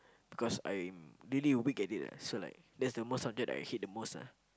because I'm really weak at it ah so like that's the most subject that I hate the most ah